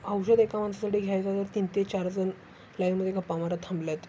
औषध एका माणसासाठी घ्यायचं आहे तर तीन ते चार जण लाईनमध्ये गप्पा मारत थांबले आहेत